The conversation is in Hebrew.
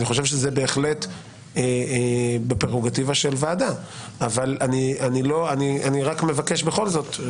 אני חושב שזה בהחלט בפרורוגטיבה של ועדה אבל אני רק מבקש בכל זאת,